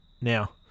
Now